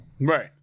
Right